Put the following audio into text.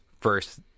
first